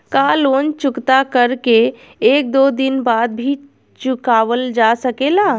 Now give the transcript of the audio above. का लोन चुकता कर के एक दो दिन बाद भी चुकावल जा सकेला?